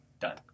done